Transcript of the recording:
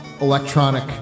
electronic